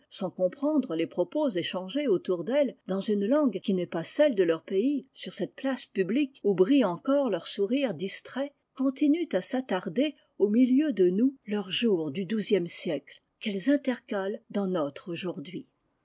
sans comprendre les propos échangés autour d'elles dans une langue qui n'est pas celle de leur pays sur cette place publique où brille encore leur sourire distrait continuent à attarder au milieu de nous leurs jours du xiie siècle qu'elles intercalent dans notre aujourd'hui